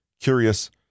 curious